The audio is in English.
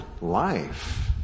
life